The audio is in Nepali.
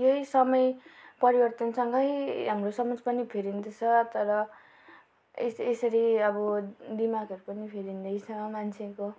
यही समय परिवर्तनहरूसँगै हाम्रो समाज पनि फेरिँदैछ तर यस यसरी अब दिमागहरू पनि फेरिँदैन मान्छेको